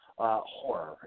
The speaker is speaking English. Horror